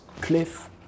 cliff